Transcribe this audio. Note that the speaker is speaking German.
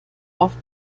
auf